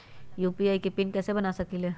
UPI के PIN कैसे बना सकीले?